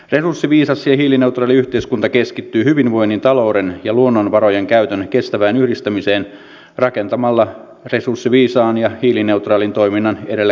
resurssiviisas ja hiilineutraali yhteiskunta keskittyy hyvinvoinnin talouden ja luonnonvarojen käytön kestävään yhdistämiseen rakentamalla resurssiviisaan ja hiilineutraalin toiminnan edelläkävijyyttä